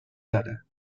داره